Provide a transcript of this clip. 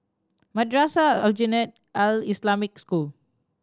Madrasah Aljunied Al Islamic School